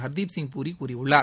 ஹர்தீப் சிங் பூரி கூறியுள்ளார்